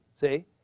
See